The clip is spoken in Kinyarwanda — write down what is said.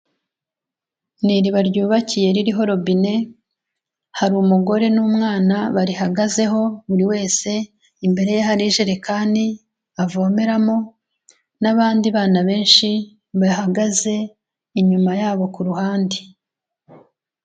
Ni iriba ryubakiye ririho robine, hari umugore n'umwana barihagazeho, buri wese imbere ye hari ijerekani avomeramo n'abandi bana benshi bahagaze inyuma yabo ku ruhande.